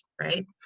right